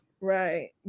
right